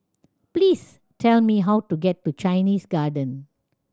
please tell me how to get to Chinese Garden